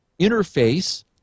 interface